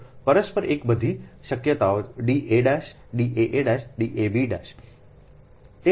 પરસ્પર એક બધી શક્યતાઓ D a D a a D a b